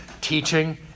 teaching